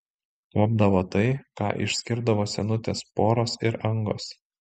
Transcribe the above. kuopdavo tai ką išskirdavo senutės poros ir angos